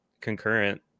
concurrent